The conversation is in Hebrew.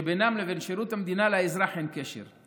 שבינם לבין שירות המדינה לאזרח אין קשר.